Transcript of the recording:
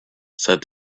said